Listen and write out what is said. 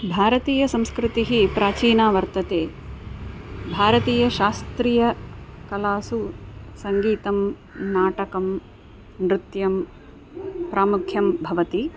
भारतीयसंस्कृतिः प्राचीना वर्तते भारतीयशास्त्रीयकलासु सङ्गीतं नाटकं नृत्यं प्रामुख्यं भवति